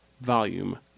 volume